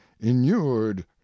inured